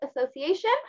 Association